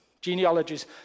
genealogies